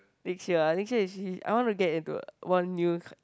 next year ah next year actually I wanna get into a one new co~